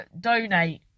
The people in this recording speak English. donate